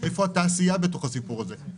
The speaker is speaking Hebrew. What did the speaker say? איפה התעשייה בתוך הסיפור הזה?